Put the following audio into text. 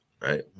right